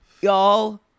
Y'all